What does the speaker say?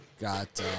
Got